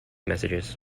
messages